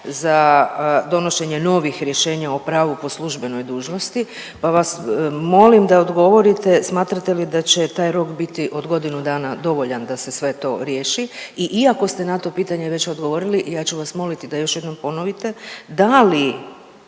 za donošenje novih rješenja o pravu po službenoj dužnosti pa vas molim da odgovorite smatrate li da će taj rok biti od godinu dana dovoljan da se sve to riješi i iako ste na to pitanje već odgovorili ja ću vas moliti da to još jednom ponovite. Da li